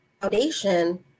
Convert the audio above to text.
foundation